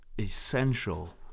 essential